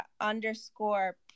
underscore